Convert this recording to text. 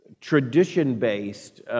tradition-based